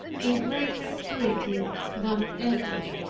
in greater purity than ever.